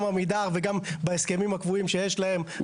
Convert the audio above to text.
גם עמידר וגם בהסכמים הקבועים שיש להם,